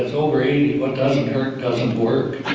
over eighty, what doesn't hurt, doesn't work.